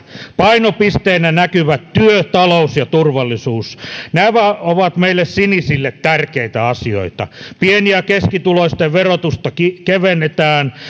painopisteinä näkyvät työ talous ja turvallisuus nämä ovat meille sinisille tärkeitä asioita pieni ja keskituloisten verotusta kevennetään